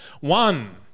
One